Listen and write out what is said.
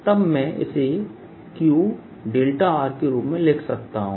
तब मैं इसे Q δ के रूप में लिख सकता हूँ